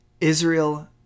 Israel